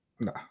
No